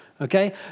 okay